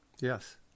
Yes